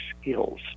skills